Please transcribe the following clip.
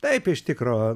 taip iš tikro